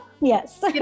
Yes